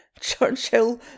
Churchill